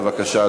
בבקשה,